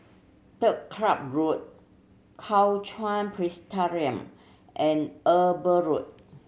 Turf Club Road Kuo Chuan Presbyterian and Eber Road